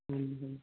ਹੂੰ ਹੂੰ